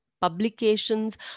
publications